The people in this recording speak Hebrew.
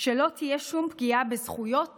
שלא תהיה שום פגיעה בזכויות